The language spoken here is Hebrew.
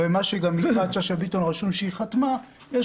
ומה שגם רשום שיפעת שאשא ביטון חתומה עליו,